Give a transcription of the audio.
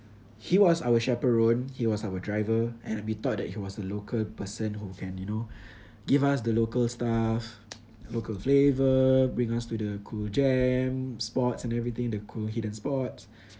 he was our chaperone he was our driver and we thought that he was a local person who can you know give us the local stuff local flavour bring us to the cool jam spots and everything the cool hidden spots